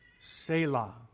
Selah